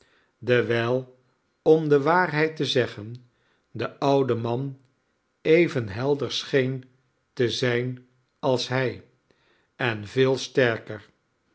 dewijl om de waarheid te zeggen de oude man even helder scheen te zijn als hij en veel sterker